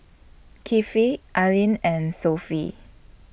Kefli Ain and Sofea